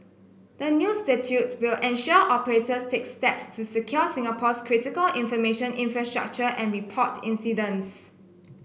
the new statute will ensure operators take steps to secure Singapore's critical information infrastructure and report incidents